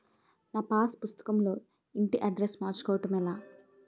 నా పాస్ పుస్తకం లో ఇంటి అడ్రెస్స్ మార్చుకోవటం ఎలా?